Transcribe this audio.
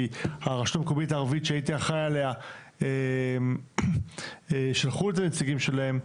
כי הרשות המקומית הערבית שהייתי אחראי עליה שלחו את הנציגים שלהם.